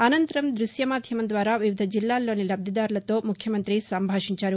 అనంతరం దృశ్య మాధ్యమం ద్వారా వివిధ జిల్లాల్లోని లబ్దిదారులతో ముఖ్యమంతి సంభాషించారు